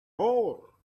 hole